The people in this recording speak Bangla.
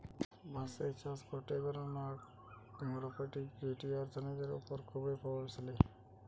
বাঁশের চাষ গটে ধরণের আগ্রোফরেষ্ট্রী যেটি অর্থনীতির ওপর খুবই প্রভাবশালী